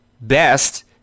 best